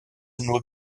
nur